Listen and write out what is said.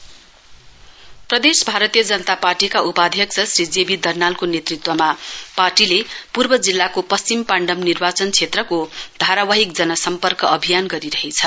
BJP प्रदेश भारतीय जनता पार्टीका उपध्यक्ष श्री जे बी दर्नालको नेतृत्वमा पार्टीले पूर्व जिल्लाको पश्चिम पाण्डम निर्वाचन क्षेत्रको धारावाहिक जनसम्पर्क अभियान गरिरहेछ